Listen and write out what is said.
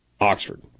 Oxford